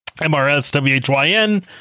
M-R-S-W-H-Y-N